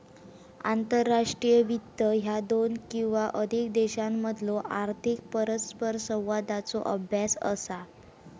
आंतरराष्ट्रीय वित्त ह्या दोन किंवा अधिक देशांमधलो आर्थिक परस्परसंवादाचो अभ्यास असा